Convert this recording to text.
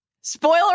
spoiler